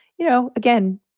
you know, again,